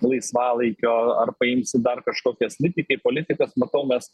laisvalaikio ar paimsi dar kažkokias nu tai kai politikas matau mes